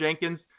Jenkins